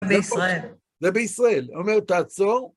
זה ישראל. זה בישראל. אתה אומר, תעצור.